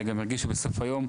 אלא גם שהם ירגישו בסוף היום,